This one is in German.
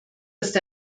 ist